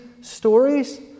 stories